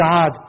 God